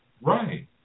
Right